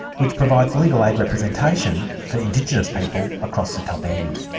which provides legal aid representation for indigenous people across the top end.